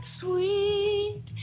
sweet